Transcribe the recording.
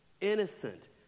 innocent